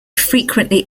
frequently